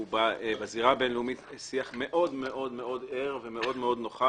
בזירה הבין-לאומי הוא בשיח מאוד-מאוד ער ומאוד-מאוד נוכח.